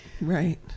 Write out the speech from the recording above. Right